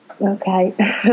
Okay